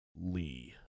Lee